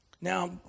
Now